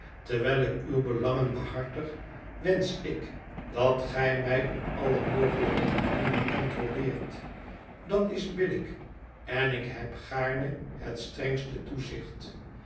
terwijl ik uwe belangen behartig wensch ik dat gij mij op alle mogelijke manieren controleert dat is billijk en ik heb gaarne het strengste toezicht